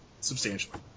substantially